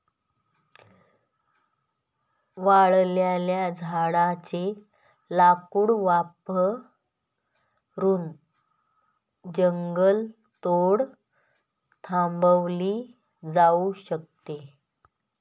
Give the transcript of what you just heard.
वाळलेल्या झाडाचे लाकूड वापरून जंगलतोड थांबवली जाऊ शकते